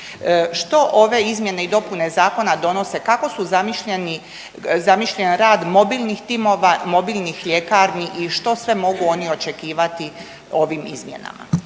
Što ove izmjene i dopune zakona donose, kako su zamišljeni rad mobilnih timova, mobilnih ljekarni i što sve mogu oni očekivati ovim izmjenama?